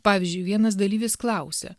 pavyzdžiui vienas dalyvis klausia